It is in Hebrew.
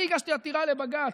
כשהייתי ברגבים הגשתי עתירה לבג"ץ,